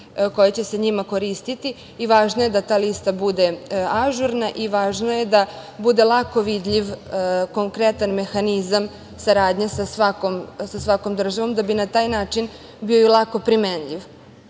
koji će se njima koristiti i važno je da ta lista bude ažurna i važno je da bude lako vidljiv konkretan mehanizam saradnje sa svakom državom, da bi na taj način bio lako primenljiv,